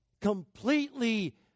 completely